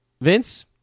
Vince